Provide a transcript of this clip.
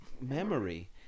memory